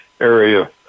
area